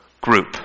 group